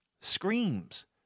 Screams